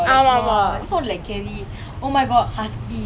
!wah! I just want to like carry oh my god husky